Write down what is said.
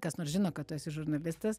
kas nors žino kad tu esi žurnalistas